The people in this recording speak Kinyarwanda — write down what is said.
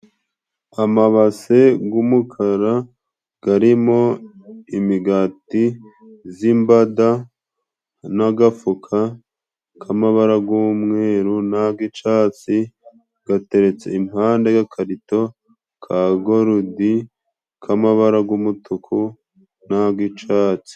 Amabase g'umukara garimo imigati z'imbada n'agafuka k'amabara g'umweru n'ag'icatsi ,gateretse impande y'agakarito ka gorudi k'amabara g'umutuku n'ag'icatsi.